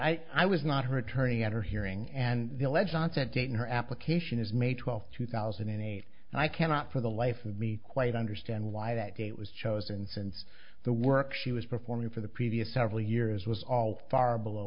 i i was not her attorney at her hearing and the alleged onset date in her application is may twelfth two thousand and eight and i cannot for the life of me quite understand why that date was chosen since the work she was performing for the previous several years was all far below